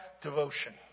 devotion